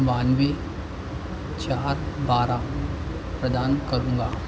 बानबे चार बारह प्रदान करूँगा